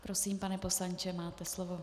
Prosím, pane poslanče, máte slovo.